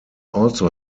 also